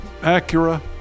Acura